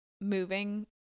moving